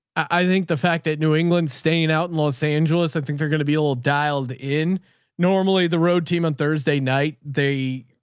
i think the fact that new england staying out in los angeles, i think they're going to be a little dialed in normally the road team on thursday night, they,